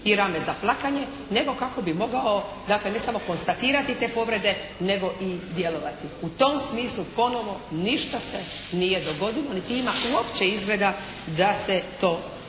i rame za plakanje, nego kako bi mogao dakle ne samo konstatirati te povrede nego i djelovati. U tom smislu ponovo ništa se nije dogodilo niti ima uopće izgleda da se to